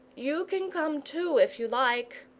you can come too if you like,